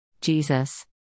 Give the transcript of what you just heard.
Jesus